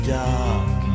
dark